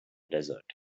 desert